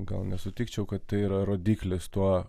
gal nesutikčiau kad tai yra rodiklis tuo